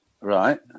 Right